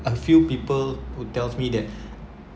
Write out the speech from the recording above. a few people who tells me that